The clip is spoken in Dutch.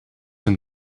een